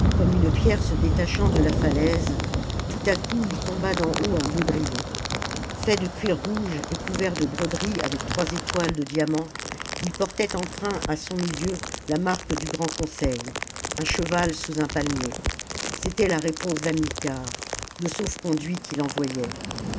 une pierre se détachant de la falaise tout à coup il tomba d'en haut un baudrier fait de cuir rouge et couvert de broderie avec trois étoiles de diamant il portait empreint à son milieu la marque du grand conseil un cheval sous un pahnier c'était la réponse d'hamilcar le sauf-conduit qu'il envoyait